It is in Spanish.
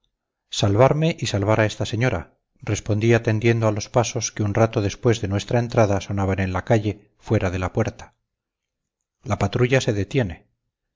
salvarme y salvar a esta señora respondí atendiendo a los pasos que un rato después de nuestra entrada sonaban en la calle fuera de la puerta la patrulla se detiene